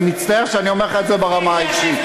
אני מרגיש בושה גדולה.